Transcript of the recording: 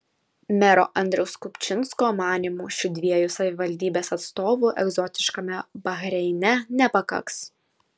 mero andriaus kupčinsko manymu šių dviejų savivaldybės atstovų egzotiškame bahreine nepakaks